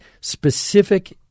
specific